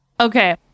Okay